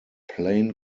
plain